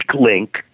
link